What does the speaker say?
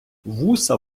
вуса